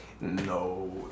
No